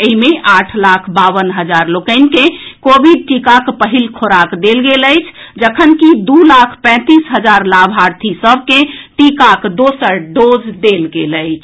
एहि मे आठ लाख बावन हजार लोकनि के कोविड टीकाक पहिल खोराक देल गेल अछि जखनकि दू लाख पैंतीस हजार लाभार्थी सभ के टीकाक दोसर डोज देल गेल अछि